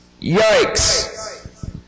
Yikes